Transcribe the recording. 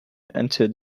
entered